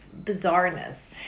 bizarreness